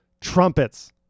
trumpets